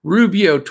Rubio